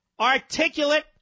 articulate